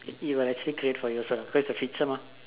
it will actually create for you sort of cause a picture ah